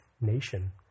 nation